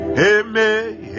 amen